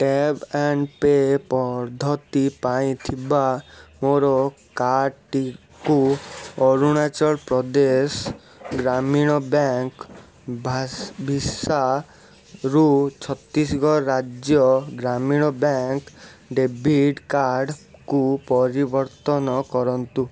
tap and pay ପଦ୍ଧତି ପାଇଁ ଥିବା ମୋର କାର୍ଡ଼ଟିକୁ ଅରୁଣାଚଳ ପ୍ରଦେଶ ଗ୍ରାମୀଣ ବ୍ୟାଙ୍କ ଭିସାରୁ ଛତିଶଗଡ଼ ରାଜ୍ୟ ଗ୍ରାମୀଣ ବ୍ୟାଙ୍କ ଡେବିଟ୍ କାର୍ଡ଼କୁ ପରିବର୍ତ୍ତନ କରନ୍ତୁ